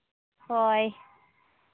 ᱦᱳᱭ